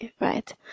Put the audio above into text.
right